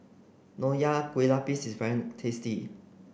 Nonya Kueh Lapis is very tasty